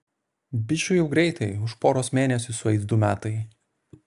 bičui jau greitai už poros mėnesių sueis du metai